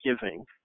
giving